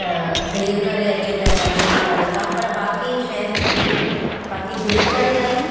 त देरि करे अचे त ॾाढो ग़लत आहे पर बाक़ी शइ सुठी हुई बाक़ी देर करे आई